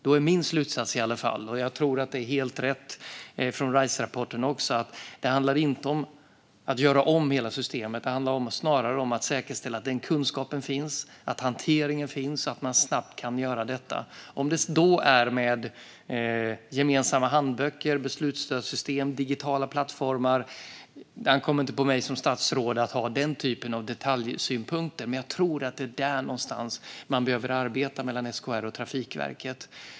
Då är i alla fall min slutsats - jag tror också att det är helt rätt utifrån Riserapporten - att det inte handlar om att göra om hela systemet utan snarare om att säkerställa att kunskapen finns, att hanteringen finns och att man snabbt kan göra detta. Sedan kan det ske med gemensamma handböcker, beslutsstödssystem eller digitala plattformar. Det ankommer inte på mig som statsråd att ha den typen av detaljsynpunkter. Jag tror dock att det är där någonstans man behöver arbeta mellan SKR och Trafikverket.